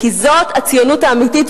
כי זאת הציונות האמיתית,